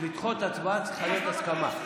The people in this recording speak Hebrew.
לדחות הצבעה צריכה להיות הסכמה.